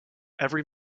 every